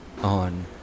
on